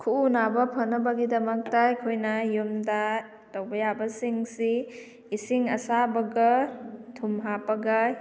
ꯈꯨꯎ ꯅꯥꯕ ꯐꯅꯕꯒꯤꯗꯃꯛꯇ ꯑꯩꯈꯣꯏꯅ ꯌꯨꯝꯗ ꯇꯧꯕ ꯌꯥꯕꯁꯤꯡꯁꯤ ꯏꯁꯤꯡ ꯑꯁꯥꯕꯒ ꯊꯨꯝ ꯍꯥꯞꯄꯒ